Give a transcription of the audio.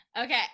okay